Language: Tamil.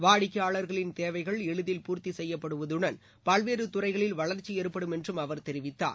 வாடிக்கையாளர்களின் தேவைகள் எளிதில் பூர்த்தி செய்யப்படுவதுடன் பல்வேறு துறைகளில் வளர்ச்சி ஏற்படும் என்றும் அவர் தெரிவித்தார்